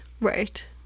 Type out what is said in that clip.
right